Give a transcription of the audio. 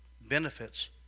Benefits